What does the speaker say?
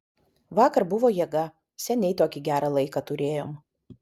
vakar buvo jėga seniai tokį gerą laiką turėjom